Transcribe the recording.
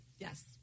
Yes